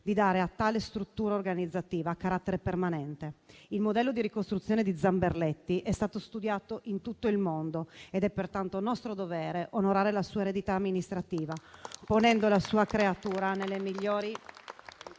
di dare a tale struttura organizzativa carattere permanente. Il modello di ricostruzione di Zamberletti è stato studiato in tutto il mondo ed è pertanto nostro dovere onorare la sua eredità amministrativa, ponendo la sua creatura nelle migliori